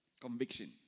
Conviction